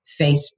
Facebook